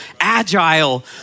agile